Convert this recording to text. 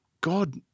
God